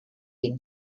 been